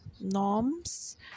norms